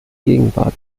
gegenwart